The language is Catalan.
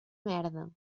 merda